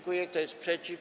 Kto jest przeciw?